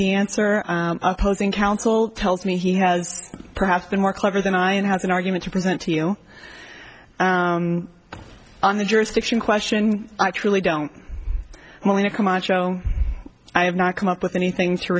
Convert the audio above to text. the answer opposing counsel tells me he has perhaps been more clever than i and has an argument to present to you on the jurisdiction question i truly don't want to come on show i have not come up with anything to